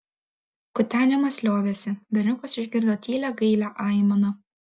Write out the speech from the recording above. kutenimas liovėsi berniukas išgirdo tylią gailią aimaną